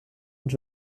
und